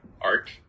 art